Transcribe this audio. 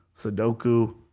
Sudoku